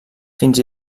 fins